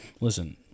listen